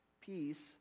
Peace